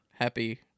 Happy